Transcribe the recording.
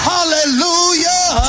Hallelujah